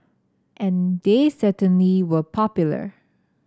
and they certainly were popular